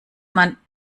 man